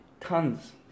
Tons